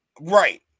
Right